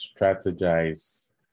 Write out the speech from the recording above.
strategize